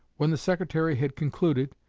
when the secretary had concluded,